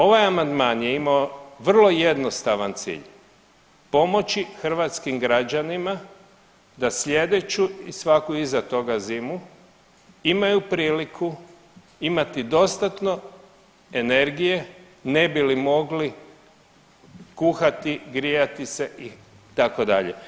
Ovaj amandman je imao vrlo jednostavan cilj, pomoći hrvatskim građanima da sljedeću i svaku iza toga zimu imaju priliku imati dostatno energije ne bi li mogli kuhati, grijati se itd.